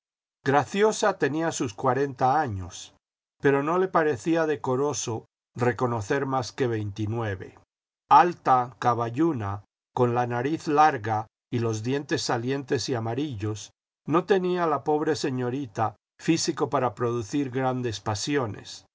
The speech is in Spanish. graciosa tenía sus cuarenta años pero no le parecía decoroso reconocer más de veintinueve alta caballuna con la nariz larga y los dientes salientes y amarillos no tenía la pobre señorita físico para producir grandes pasiones